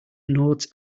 nodes